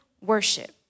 worship